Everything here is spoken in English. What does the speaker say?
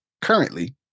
currently